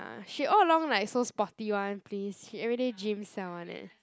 ah she all along like so sporty [one] please she everyday gym siao [one] eh